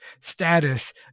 status